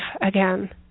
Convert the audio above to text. again